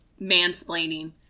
mansplaining